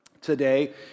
today